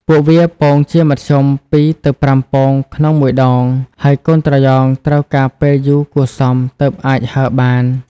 ពួកវាពងជាមធ្យម ២ ទៅ ៥ ពង ក្នុងមួយដង ហើយកូនត្រយងត្រូវការពេលយូរគួរសមទើបអាចហើរបាន។